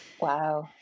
Wow